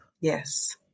Yes